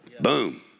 Boom